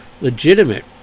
legitimate